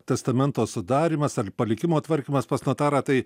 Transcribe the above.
testamento sudarymas ar palikimo tvarkymas pas notarą tai